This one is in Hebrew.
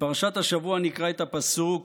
בפרשת השבוע נקרא את הפסוק: